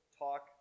talk